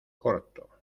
corto